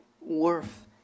worth